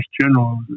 General